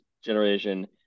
generation